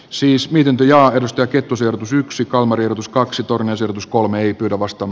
siis pidentyjaaritusta kypros yksi kamari tuskaksi tornin sijoitus kolme davos tom